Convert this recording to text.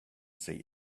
say